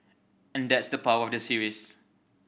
and that's the power of the series